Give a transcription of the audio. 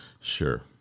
Sure